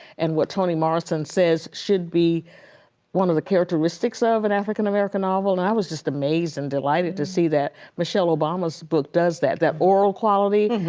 and what toni morrison says should be one of the characteristics ah of an african-american novel. and i was just amazed and delighted to see that michelle obama's book does that. that oral quality.